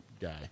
guy